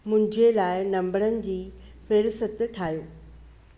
मुंहिंजे लाइ नंबरनि जी फहिरिस्त ठाहियो